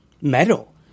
Metal